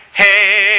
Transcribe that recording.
hey